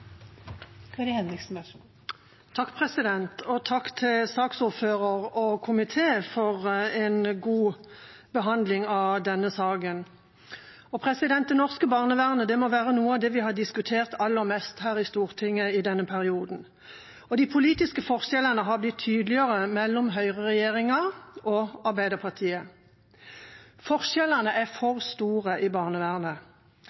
til saksordføreren og komiteen for en god behandling av denne saken. Det norske barnevernet må være noe av det vi har diskutert aller mest her i Stortinget i denne perioden, og de politiske forskjellene har blitt tydeligere mellom høyreregjeringa og Arbeiderpartiet. Forskjellene er